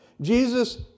Jesus